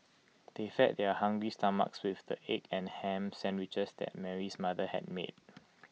they fed their hungry stomachs with the egg and Ham Sandwiches that Mary's mother had made